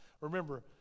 Remember